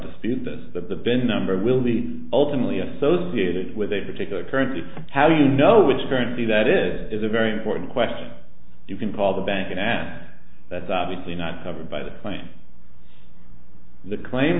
dispute that the bin number will be ultimately associated with a particular currency how do you know which apparently that is is a very important question you can call the bank and that's obviously not covered by the claim the claim